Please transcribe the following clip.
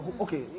Okay